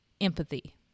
empathy